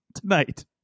tonight